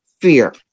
fear